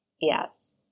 Yes